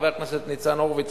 חבר הכנסת ניצן הורוביץ,